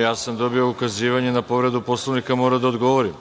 ja sam dobio ukazivanje na povredu Poslovnika, moram da odgovorim.